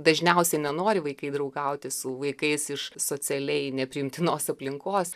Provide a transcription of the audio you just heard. dažniausiai nenori vaikai draugauti su vaikais iš socialiai nepriimtinos aplinkos